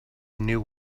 new